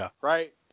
right